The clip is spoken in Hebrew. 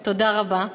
תודה רבה.